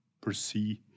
perceive